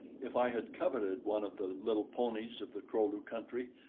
if i had coveted one of the little ponies of the kro-lu country,